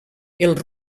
els